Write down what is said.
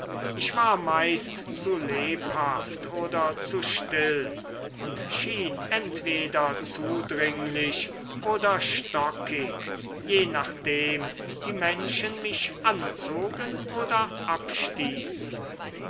ich war meist zu lebhaft oder zu still und schien entweder zudringlich oder stockig je nachdem die menschen mich anzogen oder abstießen